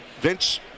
Vince